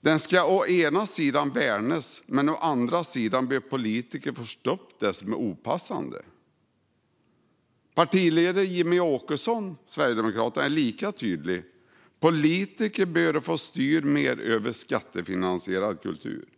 Den ska å ena sidan värnas, men å andra sidan bör politiker få stoppa det som är opassande. Sverigedemokraternas partiledare Jimmie Åkesson är lika tydlig när han säger: "Politiker bör få styra mer över skattefinansierad kultur."